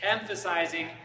emphasizing